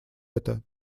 это